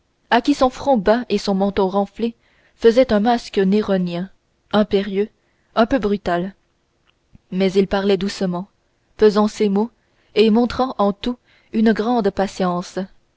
qui son front bas et son menton renflé faisaient un masque néronien impérieux un peu brutal mais il parlait doucement pesant ses mots et montrant en tout une grande patience